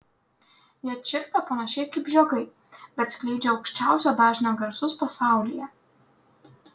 jie čirpia panašiai kaip žiogai bet skleidžia aukščiausio dažnio garsus pasaulyje